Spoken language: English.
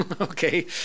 Okay